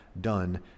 done